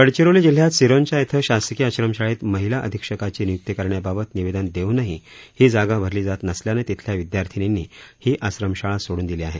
गडचिरोली जिल्ह्यात सिरोंचा श्रि शासकीय आश्रमशाळेत महिला अधिक्षकाची नियुक्ती करण्याबाबत निवेदन देऊनही ही जागा भरली जात नसल्यानं तिथल्या विद्यार्थिनींनी ही आश्रमशाळा सोडून दिली आहे